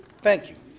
thank you.